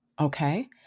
okay